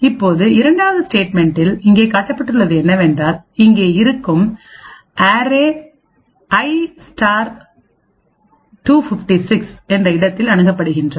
இப்போது இரண்டாவது ஸ்டேட்மென்ட்டில் இங்கே காட்டப்பட்டுள்ளது என்னவென்றால் இங்கே இருக்கும் அரேi 256 என்ற இடத்தில் அணுகப்படுகிறது